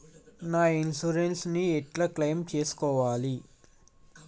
నా ఇన్సూరెన్స్ ని ఎట్ల క్లెయిమ్ చేస్కోవాలి?